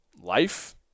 life